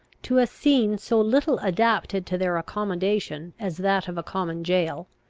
to a scene so little adapted to their accommodation as that of a common jail,